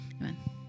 Amen